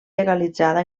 legalitzada